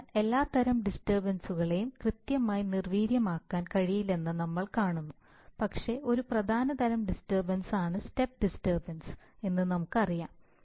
അതിനാൽ എല്ലാത്തരം ഡിസ്റ്റർബൻസ്കളെയും കൃത്യമായി നിർവീര്യമാക്കാൻ കഴിയില്ലെന്ന് നമ്മൾ കാണുന്നു പക്ഷേ ഒരു പ്രധാന തരം ഡിസ്റ്റർബൻസ് ആണ് സ്റ്റെപ്പ് ഡിസ്റ്റർബൻസ് എന്ന് നമുക്ക് പറയാം